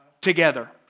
together